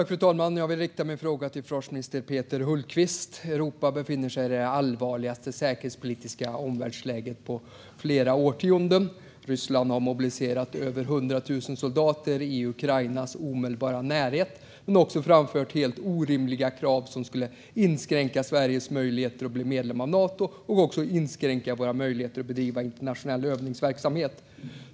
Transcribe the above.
Fru talman! Jag vill rikta min fråga till försvarsminister Peter Hultqvist. Europa befinner sig i det allvarligaste säkerhetspolitiska omvärldsläget på flera årtionden. Ryssland har mobiliserat över 100 000 soldater i Ukrainas omedelbara närhet och framfört helt orimliga krav som skulle inskränka Sveriges möjligheter att bli medlem av Nato samt inskränka Sveriges möjligheter att bedriva internationell övningsverksamhet.